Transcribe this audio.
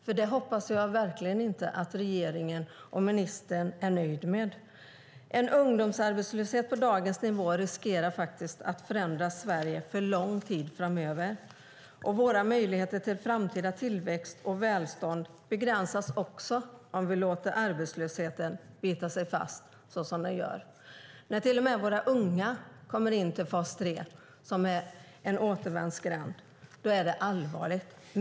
Jag hoppas verkligen inte att regeringen och ministern är nöjda med detta. En ungdomsarbetslöshet på dagens nivå riskerar att förändra Sverige för lång tid framöver. Våra möjligheter till framtida tillväxt och välstånd begränsas om vi låter arbetslösheten bita sig fast som den gör. När till och med våra unga kommer in till fas 3 som en återvändsgränd, då är det mycket allvarligt.